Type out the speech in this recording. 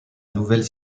nouvelle